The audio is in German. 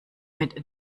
mit